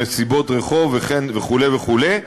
מסיבות רחוב, וכו' וכו'.